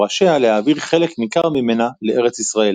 ראשיה להעביר חלק ניכר ממנה לארץ ישראל.